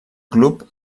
club